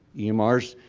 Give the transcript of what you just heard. emrs,